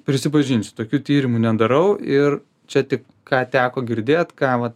prisipažinsiu tokių tyrimų nedarau ir čia tik ką teko girdėt ką vat